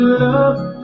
love